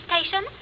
station